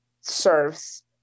serves